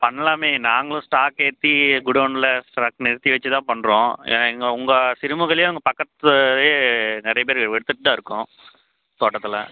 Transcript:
பண்ணலாமே நாங்களும் ஸ்டாக் ஏற்றி குடோனில் ஸ்டாக் நிறுத்தி வச்சு தான் பண்ணுறோம் ஏன் இங்கே உங்கள் சிறுமுகையில் அங்கே பக்கத்துல நிறையா பேர் எடுத்துகிட்டு தான் இருக்கோம் தோட்டத்தில்